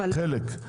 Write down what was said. חלק.